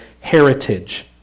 heritage